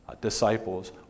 disciples